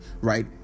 right